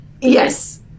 Yes